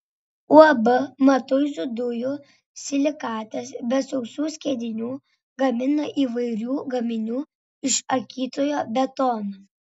uab matuizų dujų silikatas be sausų skiedinių gamina įvairių gaminių iš akytojo betono